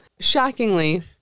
Shockingly